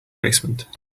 basement